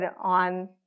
on